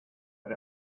but